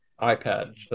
iPad